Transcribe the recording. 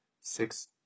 six